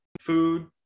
food